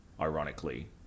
ironically